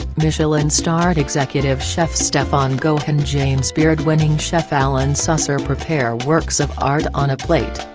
michelin-starred executive chef stefan goehcke and james beard-winning chef allen susser prepare works of art on a plate.